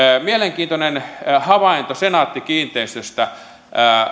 mielenkiintoinen havainto senaatti kiinteistöistä